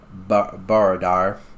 Baradar